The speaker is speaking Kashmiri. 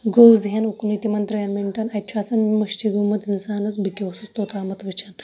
گوٚو ذہن اُکنٕے تِمن ترٮ۪ن مِنٹَن اَتہِ چھُ آسان مٔشِتھ گوٚمُت اِنسانس بہٕ کیاہ اوسُس توٚتامَتھ وٕچھان